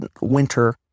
winter